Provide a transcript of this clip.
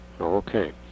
Okay